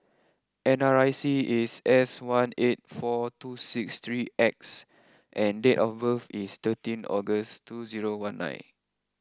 N R I C is S one eight four two six three X and date of birth is thirteen August two zero one nine